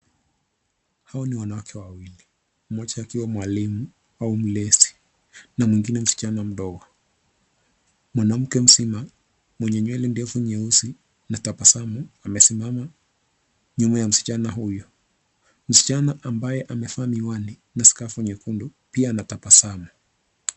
Hawa ni wanawake wawili, mmoja akiwa mwalimu au mlezi na mwingine msichana mdogo. Mwanamke mzima mwenye nywele ndefu nyeusi na tabasamu amesima nyuma ya msichana huyu. Msichana ambaye amevaa miwani na skafu nyekundu pia anatabasamu.